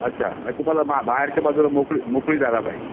अच्छा म्हणजे तुम्हाला मा बाहेरच्या बाजूला मोकळी मोकळी जागा पाहिजे